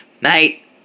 Mate